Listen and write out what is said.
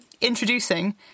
introducing